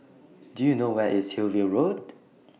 Do YOU know Where IS Hillview Road